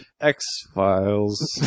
X-Files